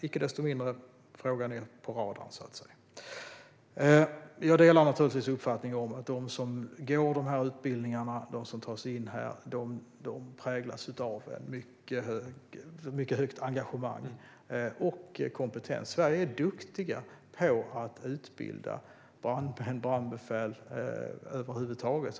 Icke desto mindre är frågan så att säga på radar. Jag delar uppfattningen att de som går utbildningarna och tar sig in där präglas av ett mycket starkt engagemang och en hög kompetens. Sverige är duktigt på att utbilda brandmän och brandbefäl över huvud taget.